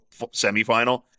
semifinal